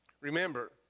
Remember